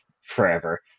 forever